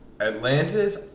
Atlantis